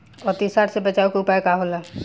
अतिसार से बचाव के उपाय का होला?